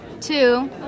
Two